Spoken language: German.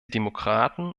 demokraten